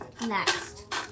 Next